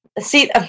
See